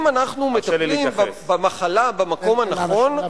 האם אנחנו מטפלים במחלה במקום הנכון,